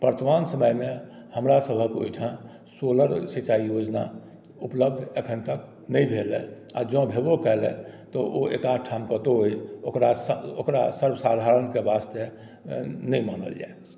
वर्तमान समयमे हमरा सभक ओहिठाम सोलर सिंचाई योजना उपलब्ध एखन तक नहि भेलए आ जँ भेबो कयलए तऽ ओ एकाध ठाम कतौ अहि ओकरा सर्वसाधारण के वास्ते नहि मानल जाय